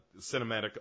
cinematic